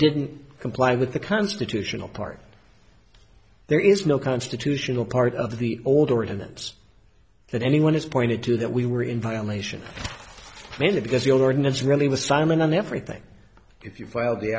didn't comply with the constitutional part there is no constitutional part of the old ordinance that anyone has pointed to that we were in violation mainly because the ordinance really was simon everything if you filed the